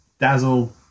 dazzle